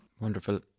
Wonderful